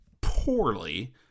poorly